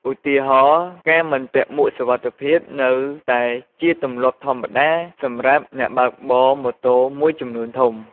ឧទាហរណ៍ ការមិនពាក់មួកសុវត្ថិភាពនៅតែជាទម្លាប់ធម្មតាសម្រាប់អ្នកបើកបរម៉ូតូមួយចំនួនធំ។